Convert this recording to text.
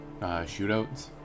shootouts